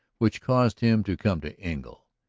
which caused him to come to engle.